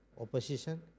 opposition